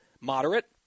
moderate